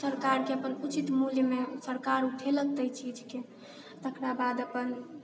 सरकारके अपन उचित मूल्यमे सरकार उठेलक ताहि चीजके तकरा बाद अपन